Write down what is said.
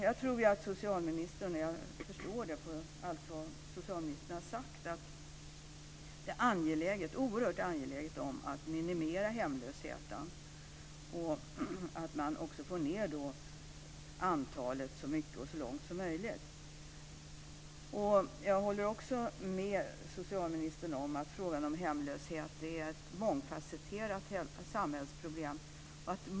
Jag förstår av allt socialministern har sagt att det är oerhört angeläget att minimera hemlösheten och att få ned antalet hemlösa så mycket som möjligt. Jag håller också med socialministern om att frågan om hemlöshet är ett mångfasetterat samhällsproblem.